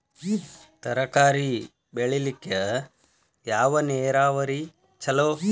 ತರಕಾರಿ ಬೆಳಿಲಿಕ್ಕ ಯಾವ ನೇರಾವರಿ ಛಲೋ?